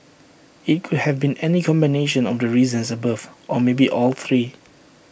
IT could have been any combination of the reasons above or maybe all three